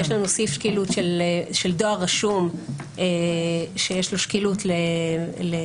יש סעיף שקילות של דואר רשום שיש לו שקילות לדיגיטלי,